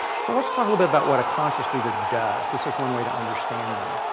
so let's talk a bit about what a conscious leader does. this is one way to understand them.